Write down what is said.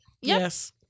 Yes